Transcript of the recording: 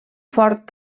fort